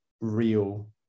real